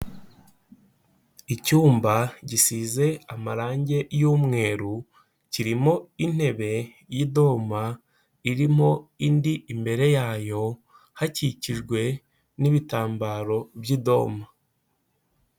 Icyumba gisize amarangi y'umweru, kirimo intebe y'idoma irimo indi imbere yayo hakikijwe n'ibitambaro by'idoma.